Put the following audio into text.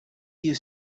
you